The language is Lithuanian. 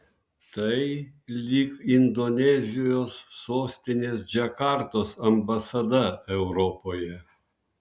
tai lyg indonezijos sostinės džakartos ambasada europoje